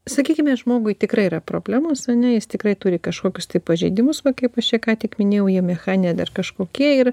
sakykime žmogui tikrai yra problemos ane jis tikrai turi kažkokius tai pažeidimus va kaip aš čia ką tik minėjau jie mechaninai ar dar kažkokie ir